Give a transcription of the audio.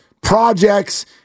projects